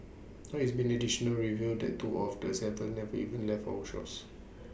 now it's been additionally revealed that two of the Seven never even left our shores